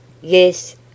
Yes